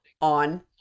on